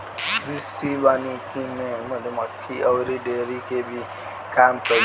कृषि वानिकी में मधुमक्खी अउरी डेयरी के भी काम कईल जाला